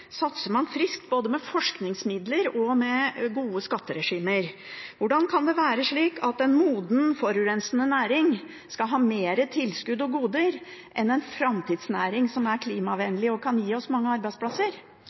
satser man friskt både med forskningsmidler og med gode skatteregimer. Hvordan kan det være slik at en moden, forurensende næring skal ha mer tilskudd og goder enn en framtidsnæring som er klimavennlig og kan gi oss mange arbeidsplasser?